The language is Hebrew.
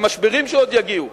עם משברים שעוד יגיעו,